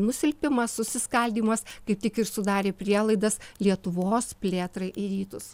nusilpimas susiskaldymas kaip tik ir sudarė prielaidas lietuvos plėtrai į rytus